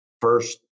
first